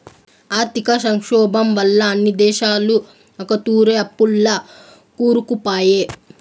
ఆర్థిక సంక్షోబం వల్ల అన్ని దేశాలు ఒకతూరే అప్పుల్ల కూరుకుపాయే